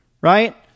right